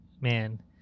man